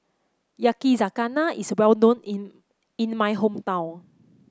yakizakana is well known in in my hometown